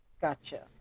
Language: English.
gotcha